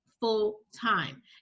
full-time